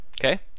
Okay